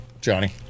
Johnny